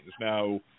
Now